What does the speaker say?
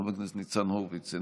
חבר הכנסת ניצן הורביץ,